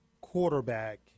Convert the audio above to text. quarterback